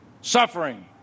Suffering